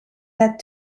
led